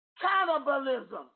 Cannibalism